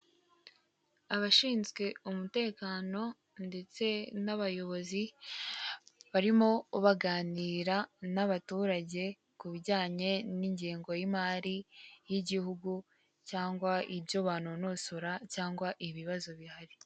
Abashinzwe umutekano ndetse n'abayobozi barimo baganira n'abaturage ku bijyanye n'ingengo y'imari y'igihugu cyangwa ibyo banononsora cyangwa ibibazo bihari.